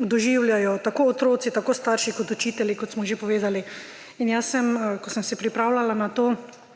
doživljajo tako otroci, tako starši kot učitelji, kot smo že povedali. Ko sem se pripravljala na to